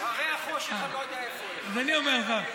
הרי החושך, אני לא יודע איפה הם.